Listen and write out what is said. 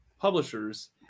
publishers